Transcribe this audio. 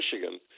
Michigan